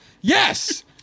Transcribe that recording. Yes